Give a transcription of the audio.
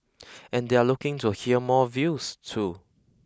and they're looking to hear more views too